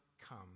come